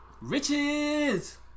Riches